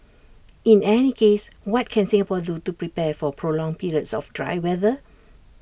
in any case what can Singapore do to prepare for prolonged periods of dry weather